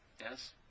Yes